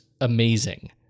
amazing